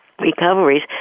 recoveries